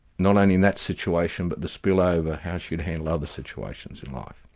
not only in that situation but the spill-over how she'd handle other situations in life?